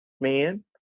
man